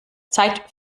zeit